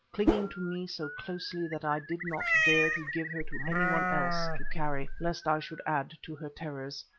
clinging to me so closely that i did not dare to give her to any one else to carry lest i should add to her terrors.